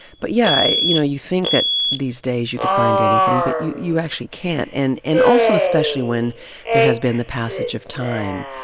but, yeah, you know, you think that these days you could find anything but you you actually can't and and also especially when there has been the passage of time.